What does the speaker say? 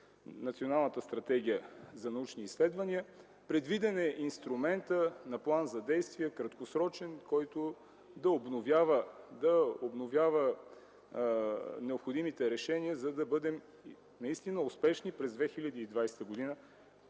Националната стратегията за научни изследвания. Предвиден е инструментът на план за действие – краткосрочен, който да обновява необходимите решения, за да бъдем наистина успешни през 2020 г.